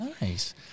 nice